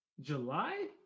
July